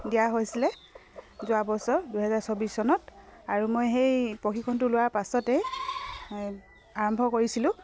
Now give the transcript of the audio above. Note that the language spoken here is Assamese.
দিয়া হৈছিলে যোৱাবছৰ দুহেজাৰ চৌবিছ চনত আৰু মই সেই প্ৰশিক্ষণটো লোৱাৰ পাছতেই আৰম্ভ কৰিছিলোঁ